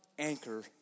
anchor